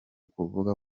kuvuga